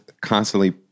constantly